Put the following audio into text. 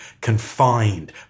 confined